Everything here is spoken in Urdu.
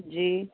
جی